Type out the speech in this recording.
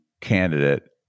candidate